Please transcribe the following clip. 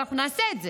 ואנחנו נעשה את זה,